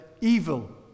evil